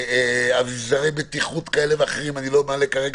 אביזרי בטיחות כאלה ואחרים וכולי,